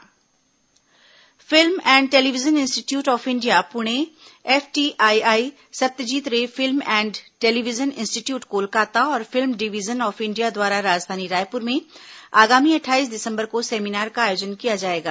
seminar film and television institute of India Pune FTII Satyajit Ray film and television institute Kolkata और film division of India द्वारा राजधानी रायपुर में आगामी अट्ठाईस दिसंबर को सेमिनार का आयोजन किया जाएगा